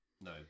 No